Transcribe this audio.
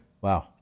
Wow